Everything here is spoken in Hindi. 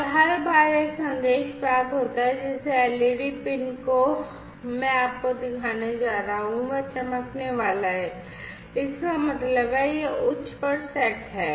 और हर बार एक संदेश प्राप्त होता है जिस led पिन को मैं आपको दिखाने जा रहा हूं वह चमकने वाला है इसका मतलब है यह उच्च पर सेट है